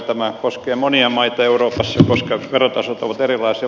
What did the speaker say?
tämä koskee monia maita euroopassa koska verotasot ovat erilaisia